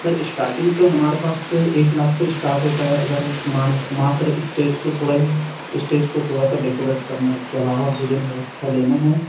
sir starting तो हमारे पास से एक लाख से स्टार्ट होता है अगर मान मात्र इस स्टेज को थोड़ा ही इस स्टेज को थोड़ा सा डेकोरैट करना इसके अलावा भोजन व्यवस्था लेना है